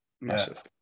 massive